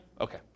Okay